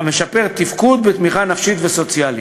המשפר תפקוד בתמיכה נפשית וסוציאלית.